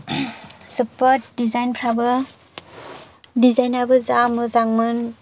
जोबोद डिजाइनआबो जा मोजांमोन